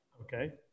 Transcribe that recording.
Okay